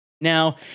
Now